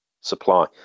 supply